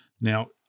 Now